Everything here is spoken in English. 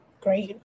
great